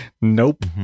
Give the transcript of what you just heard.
nope